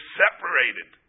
separated